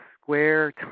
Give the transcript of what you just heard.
square